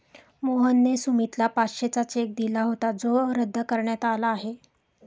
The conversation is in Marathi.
मोहनने सुमितला पाचशेचा चेक दिला होता जो रद्द करण्यात आला आहे